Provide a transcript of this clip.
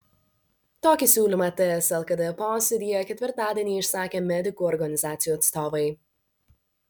tokį siūlymą ts lkd posėdyje ketvirtadienį išsakė medikų organizacijų atstovai